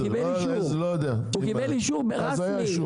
הוא קיבל אישור רסמי.